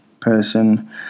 person